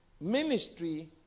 Ministry